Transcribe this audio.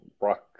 rock